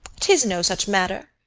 tis no such matter.